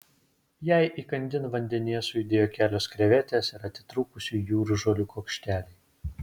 jai įkandin vandenyje sujudėjo kelios krevetės ir atitrūkusių jūržolių kuokšteliai